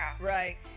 Right